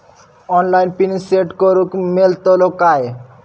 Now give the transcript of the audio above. Online pin set करूक मेलतलो काय?